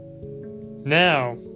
now